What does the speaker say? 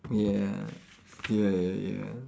ya ya ya ya